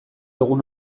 egun